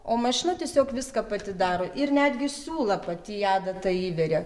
o mašina tiesiog viską pati daro ir netgi siūlą pati į adatą įveria